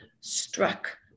struck